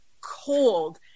cold